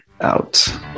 out